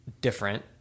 different